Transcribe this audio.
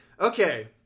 Okay